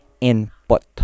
input